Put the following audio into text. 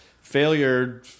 failure